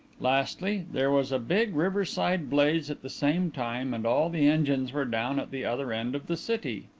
lastly, there was a big riverside blaze at the same time and all the engines were down at the other end of the city.